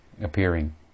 appearing